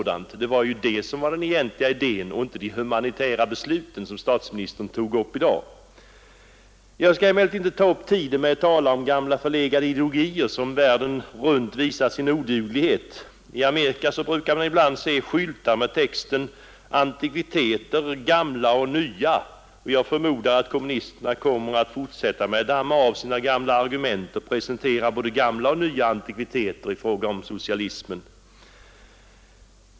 Det var det som var den egentliga idén i socialismen och inte de humanitära besluten, som statsministern tog upp i dag. Jag skall emellertid inte ta upp tiden med att tala om gamla förlegade ideologier som världen runt visat sin oduglighet. I Amerika brukar man ibland se skyltar med texten ”Antikviteter, gamla och nya”, och jag förmodar att kommunisterna kommer att fortsätta att damma av sina gamla argument och presentera både gamla och nya antikviteter i fråga om socialismen.